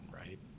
right